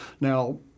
Now